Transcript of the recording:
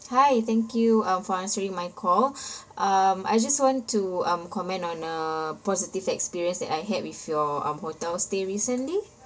hi thank you uh for answering my call um I just want to um comment on a positive experience that I had with your um hotel stay recently